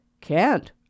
Can't